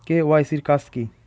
KYC এর কাজ কি?